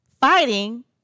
Fighting